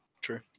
True